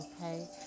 okay